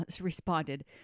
responded